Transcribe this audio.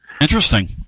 Interesting